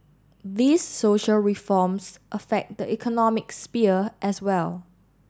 these social reforms affect the economic sphere as well